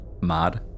Mod